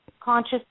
conscious